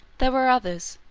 there were others,